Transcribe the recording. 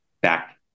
back